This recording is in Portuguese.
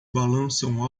balançam